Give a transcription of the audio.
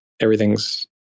everything's